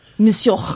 Monsieur